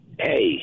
Hey